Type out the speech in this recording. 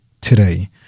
today